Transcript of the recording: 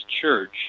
Church